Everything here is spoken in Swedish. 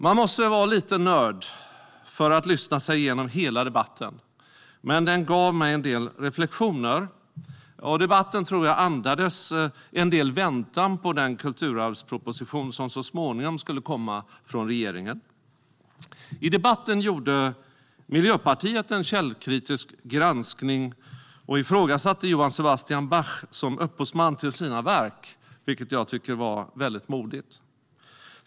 Man måste väl vara lite av en nörd för att lyssna sig igenom hela debatten, men den gav mig en del reflektioner. Debatten tror jag andades en del väntan på den kulturarvsproposition som så småningom skulle komma från regeringen. I debatten gjorde Miljöpartiet en källkritisk granskning och ifrågasatte Johann Sebastian Bach som upphovsman till hans verk, vilket jag tycker var väldigt modigt.